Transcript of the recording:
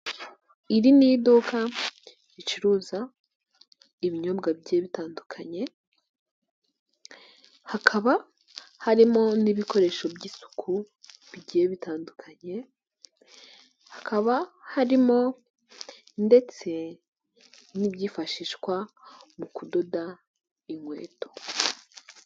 Iri ni idukacuruza ibinyobwa bigiye bitandukanye, hakaba harimo n'ibikoresho by'isuku bigiye bitandukanye, hakaba harimo ndetse n'ibyifashishwa mu kudoda inkweto.